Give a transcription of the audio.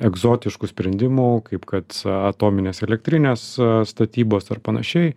egzotiškų sprendimų kaip kad atominės elektrinės statybos ar panašiai